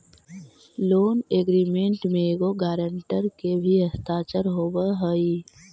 loan agreement में एगो guarantor के भी हस्ताक्षर होवऽ हई